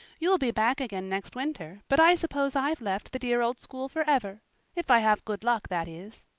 you'll be back again next winter, but i suppose i've left the dear old school forever if i have good luck, that is.